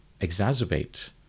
exacerbate